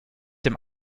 dem